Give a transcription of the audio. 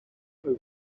over